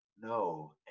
no